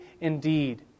indeed